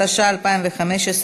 התשע"ה 2015,